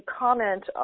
comment